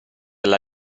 alla